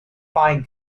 five